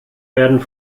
werden